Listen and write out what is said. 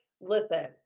listen